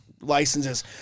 licenses